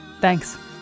Thanks